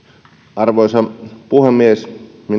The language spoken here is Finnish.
arvoisa puhemies